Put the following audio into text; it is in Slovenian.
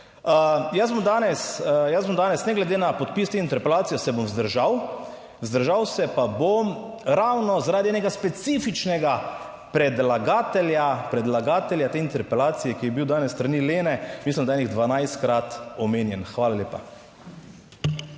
jaz bom danes, ne glede na podpis te interpelacije se bom vzdržal, vzdržal se pa bom ravno zaradi enega specifičnega predlagatelja, predlagatelja te interpelacije, ki je bil danes s strani Lene, mislim, da je enih 12-krat omenjen. Hvala lepa.